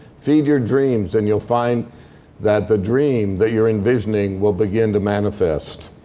feed your dreams. and you'll find that the dream that you're envisioning will begin to manifest.